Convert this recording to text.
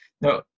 No